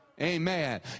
Amen